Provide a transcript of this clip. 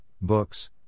Books